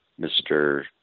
Mr